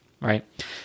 right